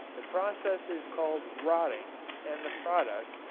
the process is called rotting and the product,